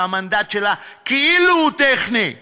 שהמנדט שלה כאילו טכני,